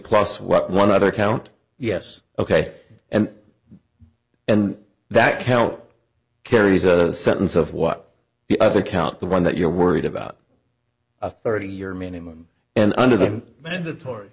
plus what one other count yes ok and and that count carries a sentence of what the other count the one that you're worried about a thirty year minimum and under the mandatory